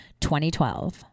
2012